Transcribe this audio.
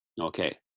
Okay